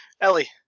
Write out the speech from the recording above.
Ellie